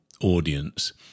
audience